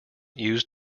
used